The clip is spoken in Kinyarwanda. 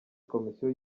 komisiyo